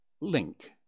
link